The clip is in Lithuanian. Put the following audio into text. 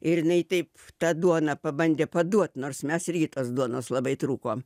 ir jinai taip tą duoną pabandė paduot nors mes irgi tos duonos labai trūkom